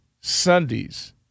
Sundays